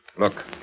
Look